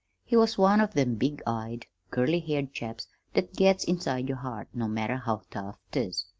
he was one of them big-eyed, curly-haired chaps that gets inside your heart no matter how tough't is.